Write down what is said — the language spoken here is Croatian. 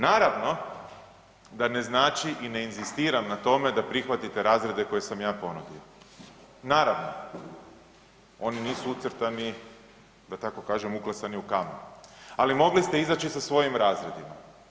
Naravno da ne znači i ne inzistiram na tome da prihvatite razrede koje sam ja ponudio, naravno oni nisu ucrtani, da tako kažem uklesani u kamen, ali mogli ste izaći sa svojim razredima.